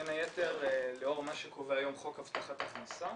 בין היתר לאור מה שקובע היום חוק הבטחת הכנסה.